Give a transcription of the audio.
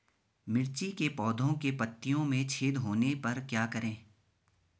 मिर्ची के पौधों के पत्तियों में छेद होने पर क्या करें?